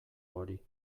hori